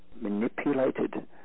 manipulated